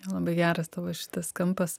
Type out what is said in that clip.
labai geras tavo šitas kampas